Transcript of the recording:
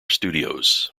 studios